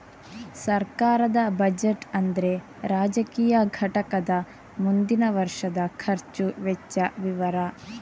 ಸರ್ಕಾರದ ಬಜೆಟ್ ಅಂದ್ರೆ ರಾಜಕೀಯ ಘಟಕದ ಮುಂದಿನ ವರ್ಷದ ಖರ್ಚು ವೆಚ್ಚ ವಿವರ